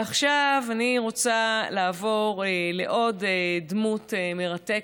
עכשיו אני רוצה לעבור לעוד דמות מרתקת,